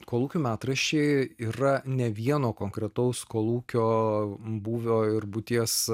kolūkių metraščiai yra ne vieno konkretaus kolūkio būvio ir būties